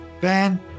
Ben